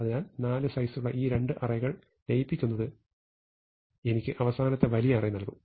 അതിനാൽ നാല് സൈസുള്ള ഈ രണ്ട് അറേകൾ ലയിപ്പിക്കുന്നത് എനിക്ക് അവസാനത്തെ വലിയ അറേ നൽകും